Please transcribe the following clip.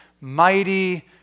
mighty